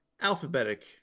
alphabetic